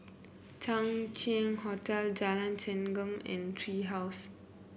Chang Ziang Hotel Jalan Chengam and Tree House